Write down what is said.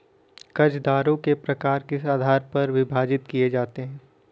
कर्जदारों के प्रकार किस आधार पर विभाजित किए जाते हैं?